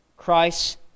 Christ